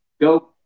Go